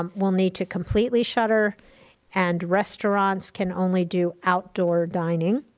um will need to completely shutter and restaurants can only do outdoor dining.